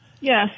Yes